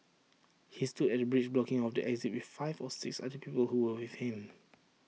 he stood at the bridge blocking off the exit with five or six other people who were with him